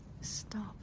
stop